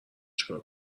چیکار